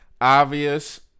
obvious